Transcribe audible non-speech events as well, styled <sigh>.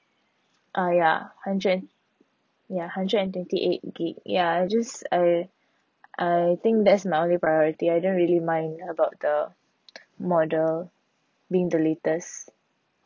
ah ya hundred ya hundred and twenty eight gig ya just I l think that's my only priority I don't really mind about the <noise> model being the latest